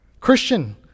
Christian